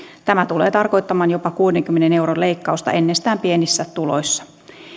tämä tulee tarkoittamaan jopa kuudenkymmenen euron leikkausta ennestään pienissä tuloissa